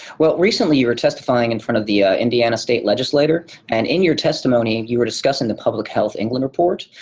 well, recently, you were testifying in front of the indiana state legislator and in your testimony you were discussing the public health england report.